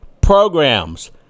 programs